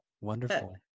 Wonderful